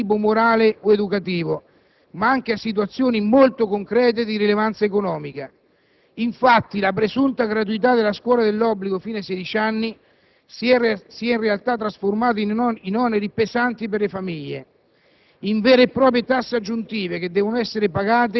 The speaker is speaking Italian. in questo pagare non mi riferisco solo a situazioni di tipo morale o educativo, ma anche a situazioni molto concrete di rilevanza economica. Infatti, la presunta gratuità della scuola dell'obbligo fino ai 16 anni si è in realtà trasformata in oneri pesanti per le famiglie,